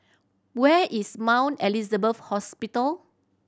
where is Mount Elizabeth Hospital